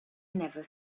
never